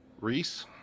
Reese